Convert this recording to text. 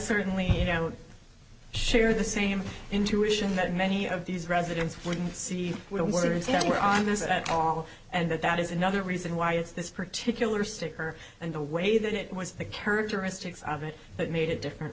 certainly you know share the same intuition that many of these residents wouldn't see where it's anywhere on this at all and that that is another reason why it's this particular sticker and the way that it was the characteristics of it that made it different